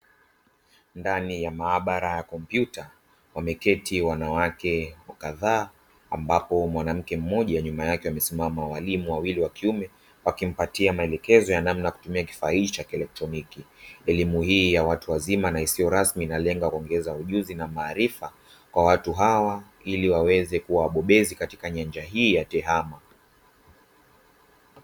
Ndani ya maabara ya kompyuta wameketi wanawake kadhaa ambapo mwanamke mmoja nyuma yake Wamesimama walimu wawili wa kiume, wakimpatia maelekezo ya namna ya kutumia kifaa hiki cha kielektroniki elimu hii ya watu wazima na isiyo rasmi inalenga kuongeza ujuzi na maarifa, kwa watu hawa ili waweze kuwabobezi katika njia hii ya tehama.